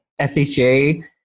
FHJ